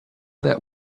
that